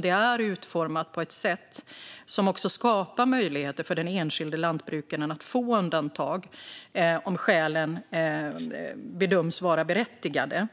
Det är utformat på ett sätt som skapar möjligheter för den enskilde lantbrukaren att få undantag om skälen bedöms vara berättigade.